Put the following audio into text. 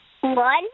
One